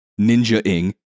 ninja-ing